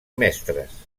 mestres